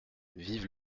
vive